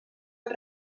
els